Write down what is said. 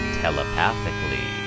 telepathically